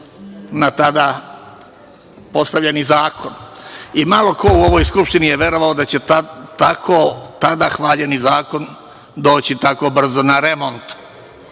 na tada postavljeni zakon i malo ko u ovoj Skupštini je verovao da će tada tako hvaljeni zakon doći tako brzo na remont.